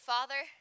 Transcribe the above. Father